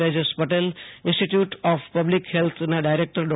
Tejas Patel institute of public ફેલ્થના director ડૉ